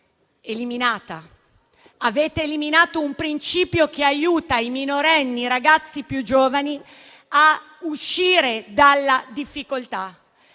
eliminata, rimuovendo così un principio che aiuta i minorenni e i ragazzi più giovani a uscire dalla difficoltà.